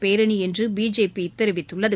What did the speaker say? பேரணி என்று பிஜேபி தெரிவித்துள்ளது